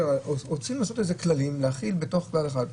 רוצים לעשות כללים, להכיל בתוך סל אחד.